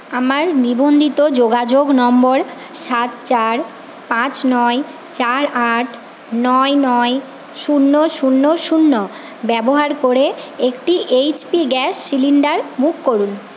আমার নিবন্ধিত যোগাযোগ নম্বর সাত চার পাঁচ নয় চার আট নয় নয় শূন্য শূন্য শূন্য ব্যবহার করে একটি H P gas cylinder book করুন